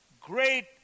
great